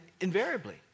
invariably